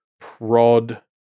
prod